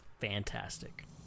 fantastic